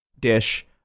dish